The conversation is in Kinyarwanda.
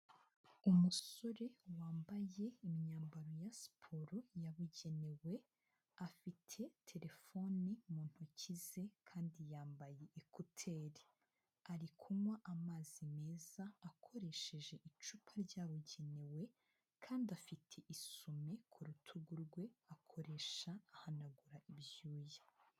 Umusore wambaye imyambaro ya siporo yabugenewe, afite telefoni mu ntoki ze kandi yambaye ekuteri, ari kunywa amazi meza akoresheje icupa ryabugenewe kandi afite isume ku rutugu rwe akoresha ahanagura ibyuya.